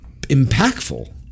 impactful